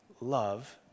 love